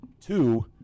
two